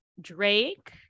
drake